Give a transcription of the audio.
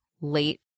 late